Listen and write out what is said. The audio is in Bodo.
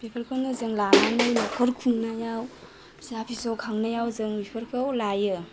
बेफोरखौनो जों लानानै नखर खुंनायाव फिसा फिसौ खांनायाव जों बेफोरखौ लायो